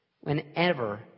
Whenever